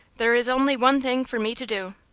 there is only one thing for me to do.